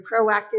proactive